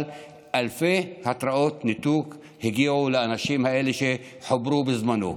אבל אלפי התראות ניתוק הגיעו לאנשים האלה שחוברו בזמנו.